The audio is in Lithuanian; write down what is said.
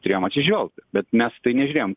turėjom atsižvelgt bet mes į tai nežiūrėjom